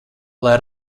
lai